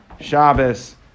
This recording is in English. Shabbos